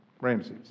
Ramses